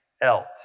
else